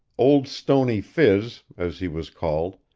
old stony phiz, as he was called,